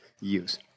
use